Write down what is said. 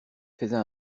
faisait